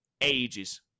Ages